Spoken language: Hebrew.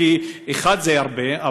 אחד זה הרבה,